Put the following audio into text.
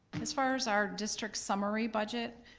as far as our district summary budget,